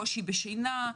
קושי בשינה,